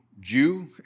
Jew